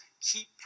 keep